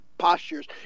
postures